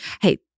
hey